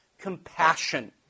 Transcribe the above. compassion